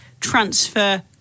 transfer